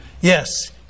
Yes